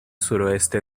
suroeste